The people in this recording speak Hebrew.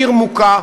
עיר מוכה,